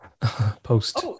post